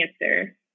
answer